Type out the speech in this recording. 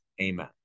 amen